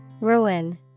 Ruin